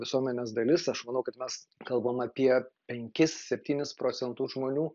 visuomenės dalis aš manau kad mes kalbam apie penkis septynis procentus žmonių